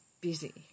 busy